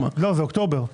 לא, זה אוקטובר.